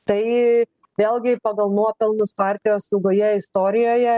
tai vėlgi pagal nuopelnus partijos ilgoje istorijoje